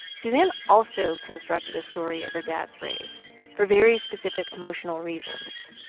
suzanne also constructed a story of her dad's race for very specific emotional reasons.